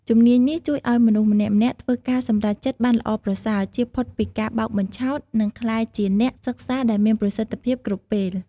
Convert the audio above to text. ជំនាញនេះជួយឲ្យមនុស្សម្នាក់ៗធ្វើការសម្រេចចិត្តបានល្អប្រសើរ ជៀសផុតពីការបោកបញ្ឆោត និងក្លាយជាអ្នកសិក្សាដែលមានប្រសិទ្ធភាពគ្រប់ពេល។